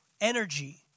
energy